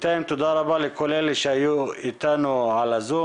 תודה רבה לכל אלה שהיו איתנו על הזום